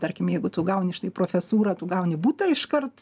tarkim jeigu tu gauni štai profesūrą tu gauni butą iškart